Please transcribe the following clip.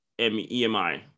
EMI